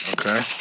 Okay